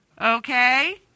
Okay